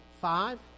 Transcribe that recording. five